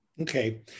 Okay